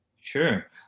Sure